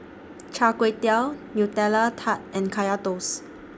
Char Kway Teow Nutella Tart and Kaya Toast